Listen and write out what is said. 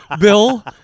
Bill